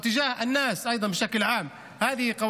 אתם רואים עכשיו מבצע של חוקים שהימין מוסיף